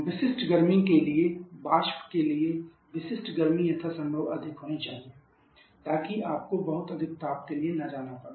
विशिष्ट गर्मी के लिए वाष्प के लिए विशिष्ट गर्मी यथासंभव अधिक होनी चाहिए ताकि आपको बहुत अधिक ताप के लिए न जाना पड़े